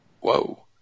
Whoa